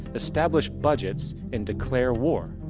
establish budgets and declare war.